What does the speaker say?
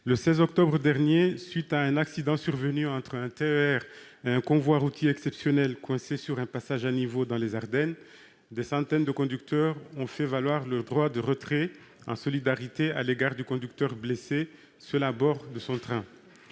Le 16 octobre dernier, à la suite d'un accident survenu entre un TER et un convoi routier exceptionnel coincé sur un passage à niveau dans les Ardennes, des centaines de conducteurs de train ont fait valoir leur droit de retrait, en solidarité avec le conducteur blessé, qui était seul à bord de son train.